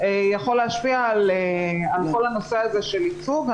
יכול להשפיע על כל הנושא של ייצוג.